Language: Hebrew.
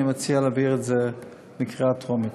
אני מציע להעביר את זה בקריאה טרומית.